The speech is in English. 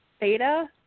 beta